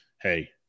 Hey